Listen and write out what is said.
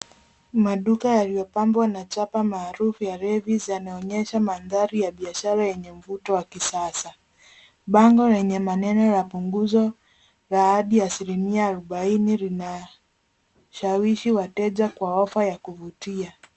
Maduka yaliyopambwa na chapa maalum ya Levis yanaonyesha mandhari ya biashara yenye mvuto wa kisasa. Bango lenye maneno ya punguzo la hadi asilimia arobaine linashawishi wateja kwa ofa ya kuvutia.